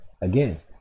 Again